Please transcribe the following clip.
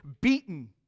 beaten